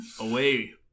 away